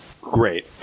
great